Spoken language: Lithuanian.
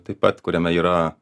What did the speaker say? taip pat kuriame yra